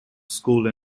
school